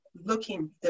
looking